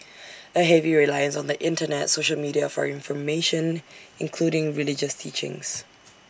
A heavy reliance on the Internet social media for information including religious teachings